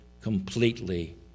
completely